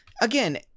again